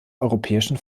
europäischen